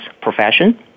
profession